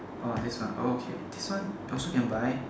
orh this ah okay this one also can buy